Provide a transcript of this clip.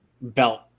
belt